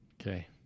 Okay